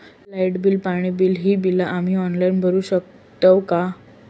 Light bill, पाणी bill, ही बिला आम्ही ऑनलाइन भरू शकतय का?